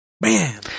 Man